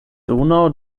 donau